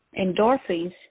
endorphins